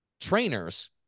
trainers